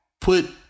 put